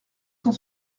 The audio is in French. cent